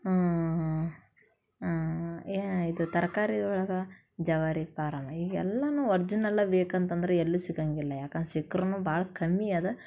ಹಾಂ ಹಾಂ ಏನಾಯಿತು ತರಕಾರಿ ಒಳಗೆ ಜವಾರಿ ಪಾರಮ್ ಈಗೆಲ್ಲವೂ ಒರ್ಜಿನಲ್ಲೇ ಬೇಕಂತಂದ್ರೆ ಎಲ್ಲೂ ಸಿಗಂಗಿಲ್ಲ ಯಾಕಂದ್ರ್ ಸಿಕ್ರೂ ಭಾಳ ಕಮ್ಮಿ ಅದ